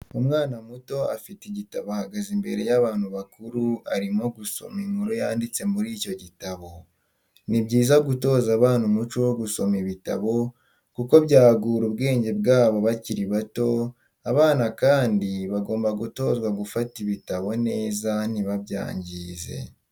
Umwana muto afite igitabo ahagaze imbere y'abantu bakuru arimo gusoma inkuru yanditse muri icyo gitabo. Ni byiza gutoza abana umuco wo gusoma ibitabo kuko byagura ubwenge bwabo bakiri bato, abana kandi bagomba gutozwa gufata ibitabo neza ntibabyangize.